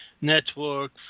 network